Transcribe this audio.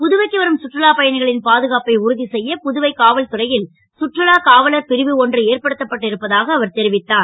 புதுவைக்கு வரும் சுற்றுலாப் பயணிகளின் பாதுகாப்பை உறு செ ய புதுவை காவல்துறை ல் சுற்றுலா காவலர் பிரிவு ஒன்று ஏற்படுத்தப்பட்டு இருப்பதாக அவர் தெரிவித்தார்